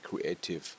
Creative